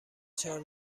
چهار